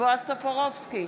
בועז טופורובסקי,